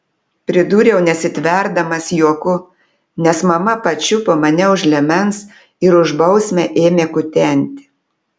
pridūriau nesitverdamas juoku nes mama pačiupo mane už liemens ir už bausmę ėmė kutenti